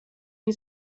این